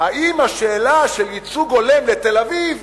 אם השאלה של ייצוג הולם לתל-אביב